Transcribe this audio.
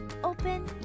open